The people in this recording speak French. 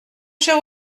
cher